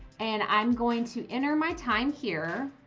and i'm going to enter my time here.